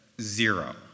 zero